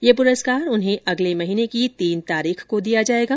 यह पुरस्कार उन्हें अगले महीने की तीन तारीख को दिया जाएगा